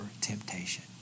temptation